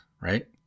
right